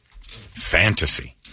Fantasy